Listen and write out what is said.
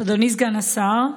אדוני סגן השר,